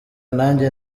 nanjye